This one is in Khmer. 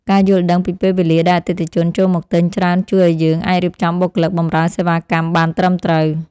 ការយល់ដឹងពីពេលវេលាដែលអតិថិជនចូលមកទិញច្រើនជួយឱ្យយើងអាចរៀបចំបុគ្គលិកបំរើសេវាកម្មបានត្រឹមត្រូវ។